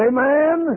Amen